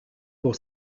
pour